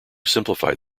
simplified